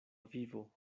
vivo